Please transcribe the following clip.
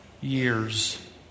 years